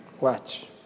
Watch